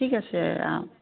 ঠিক আছে